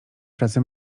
pracy